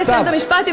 רק אסיים את המשפט,